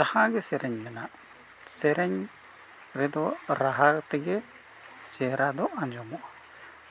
ᱡᱟᱦᱟᱸ ᱜᱮ ᱥᱮᱨᱮᱧ ᱢᱮᱱᱟᱜ ᱥᱮᱨᱮᱧ ᱨᱮᱫᱚ ᱨᱟᱦᱟ ᱛᱮᱜᱮ ᱪᱮᱦᱨᱟ ᱫᱚ ᱟᱸᱡᱚᱢᱚᱜᱼᱟ